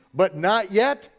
but not yet?